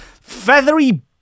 feathery